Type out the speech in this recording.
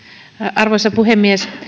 arvoisa puhemies